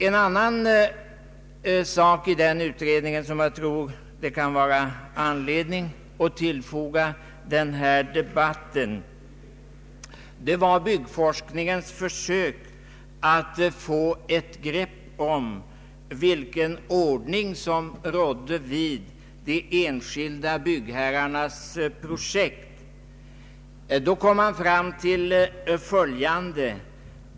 En annan sak i denna utredning som jag tror det kan vara anledning att foga till denna debatt är byggforskningens försök att få ett grepp om vilken ordning som rådde vid de enskilda byggherrarnas projekt. Där kom man fram till följande.